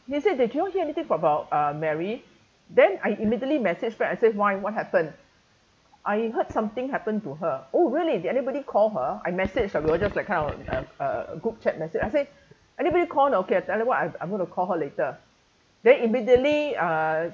they said they cannot hear anything about uh mary then I immediately message back I say why what happened I heard something happened to her oh really did anybody call her I message ah we will just like kind of uh Uh group chat message I say anybody call you know I'm telling you what I'm going to call her later then immediately uh